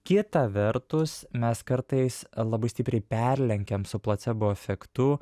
kita vertus mes kartais labai stipriai perlenkiam su placebo efektu